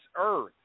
earth